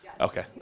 Okay